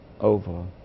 over